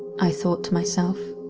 i thought to myself.